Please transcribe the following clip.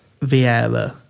Vieira